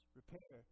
repair